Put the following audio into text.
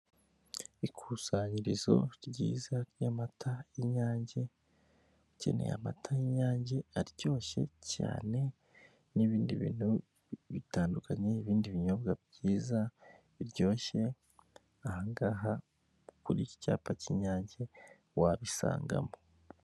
Umuhanda uri mu ibara ry'umukara, ukaba urimo ibinyabiziga bigiye bitandukanye, imodoka iri mu ibara ry'umweru, amapikipiki yicayeho abamotari ndetse n'abo batwaye, bose bakaba bambaye n'ingofero zabugenewe ziri mu ibara ry'umutuku, hirya yabo hakaba abantu barimo kugendera mu tuyira twabugenewe tw'abanyamaguru.